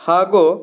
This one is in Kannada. ಹಾಗೂ